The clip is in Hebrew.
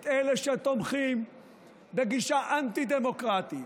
את אלה שתומכים בגישה אנטי-דמוקרטית,